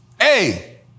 Hey